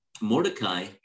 Mordecai